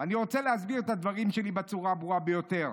אני רוצה להסביר את הדברים שלי בצורה הברורה ביותר,